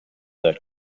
that